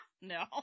No